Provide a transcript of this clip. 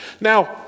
Now